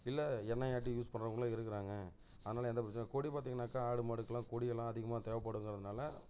இல்லை எண்ணெயாட்டி யூஸ் பண்ணுறவங்களும் இருக்கிறாங்க அதனால் எந்த பிரச்சினையும் கொடி பார்த்தீங்கனாக்கா ஆடு மாடுக்கெலாம் கொடி எல்லாம் அதிகமாக தேவைப்படுங்குறதுனால